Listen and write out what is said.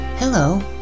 Hello